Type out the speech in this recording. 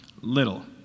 little